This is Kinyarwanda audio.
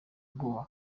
ubwoba